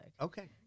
Okay